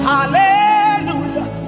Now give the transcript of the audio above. Hallelujah